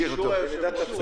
באישור היושב-ראש.